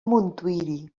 montuïri